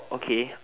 okay